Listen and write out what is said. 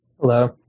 Hello